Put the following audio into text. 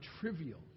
trivial